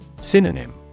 Synonym